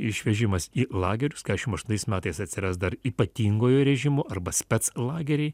išvežimas į lagerius keturiasdešim aštuntais metais atsiras dar ypatingojo režimo arba spec lageriai